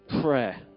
prayer